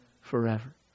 forever